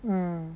mm